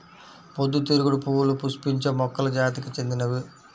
పొద్దుతిరుగుడు పువ్వులు పుష్పించే మొక్కల జాతికి చెందినవి